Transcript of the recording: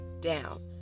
down